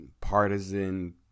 partisan